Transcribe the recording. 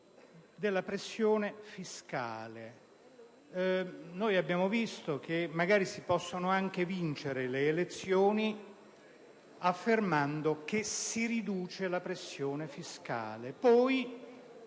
della pressione fiscale. Abbiamo constatato che magari si possono vincere le elezioni affermando che si riduce la pressione fiscale, ma